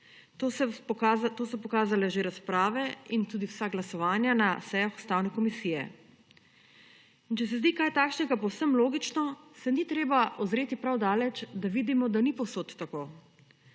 To so pokazale že razprave in tudi vsa glasovanja na sejah Ustavne komisije. Če se zdi kaj takšnega povsem logično, se ni treba ozreti prav daleč, da vidimo, da ni povsod tako.